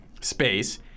Space